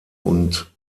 und